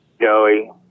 Joey